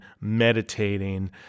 meditating